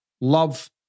Love